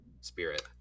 spirit